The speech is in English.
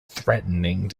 threatening